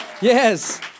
yes